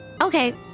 Okay